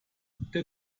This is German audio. der